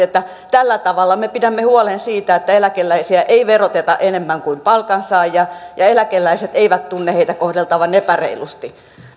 että tällä tavalla me pidämme huolen siitä että eläkeläisiä ei veroteta enemmän kuin palkansaajia ja eläkeläiset eivät tunne heitä kohdeltavan epäreilusti